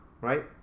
right